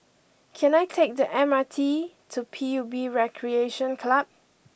can I take the M R T to P U B Recreation Club